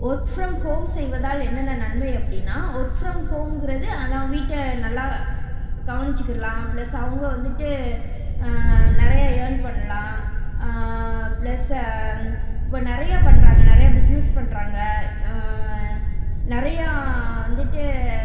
work from home செய்வதால் என்னென்ன நன்மை அப்படின்னா ஒர்க் ஃப்ரம் ஹோமுங்கிறது அதான் வீட்டை நல்லா கவனிச்சிக்கிடலாம் ப்ளஸ் அவங்க வந்துவிட்டு நிறையா ஏர்ன் பண்ணலாம் ப்ளஸ்ஸ இப்போ நிறையா பண்ணுறாங்க நிறையா பிஸ்னஸ் பண்ணுறாங்க நிறையா வந்துவிட்டு